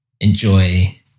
enjoy